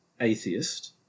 atheist